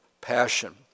passion